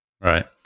Right